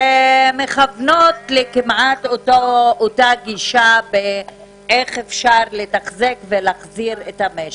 שמכוונות לכמעט אותה גישה לגבי איך אפשר לתחזק ולהחזיר את המשק.